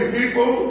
people